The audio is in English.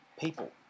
people